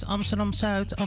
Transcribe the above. Amsterdam-Zuid